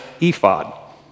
ephod